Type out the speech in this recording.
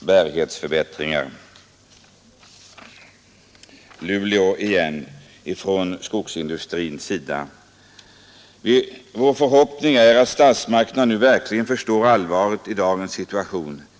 bärighetsförbättringar.” Från väghåll i Luleå har sagts: ”Vår förhoppning är att statsmakterna nu verkligen förstår allvaret i dagens situation.